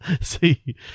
See